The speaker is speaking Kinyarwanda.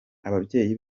ababyeyi